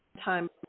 time